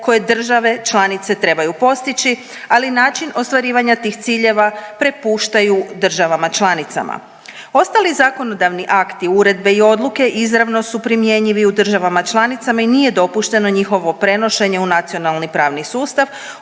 koje države članice trebaju postići, ali način ostvarivanja tih ciljeva prepuštaju državama članicama. Ostali zakonodavni akti uredbe i odluke izravno su primjenjivi u državama članicama i nije dopušteno njihovo prenošenje u nacionalni pravni sustav,